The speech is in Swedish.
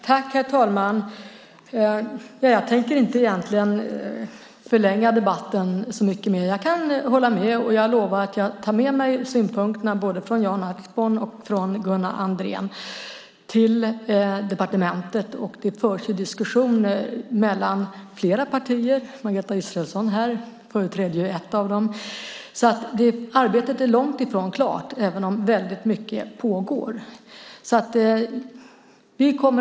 Herr talman! Jag tänker inte förlänga debatten så mycket mer. Jag kan hålla med och lovar att ta med mig synpunkterna till departementet från både Jan Ertsborn och Gunnar Andrén. Det förs ju diskussioner mellan flera partier; Margareta Israelsson, som finns närvarande, företräder ett av dem. Arbetet är dock långt ifrån klart även om väldigt mycket pågår.